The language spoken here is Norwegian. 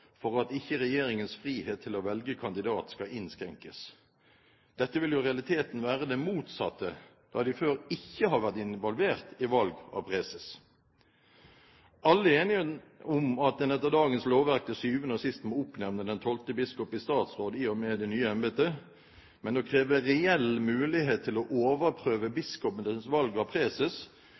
for at ikke regjeringens frihet til å velge kandidat skal innskrenkes. Dette vil jo i realiteten være det motsatte, da de før ikke har vært involvert i valg av preses. Alle er enige om at en etter dagens lovverk til syvende og sist må oppnevne den tolvte biskop i statsråd i og med det nye embetet, men å kreve reell mulighet til å overprøve biskopenes valg av preses